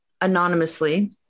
anonymously